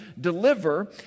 deliver